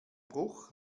bruch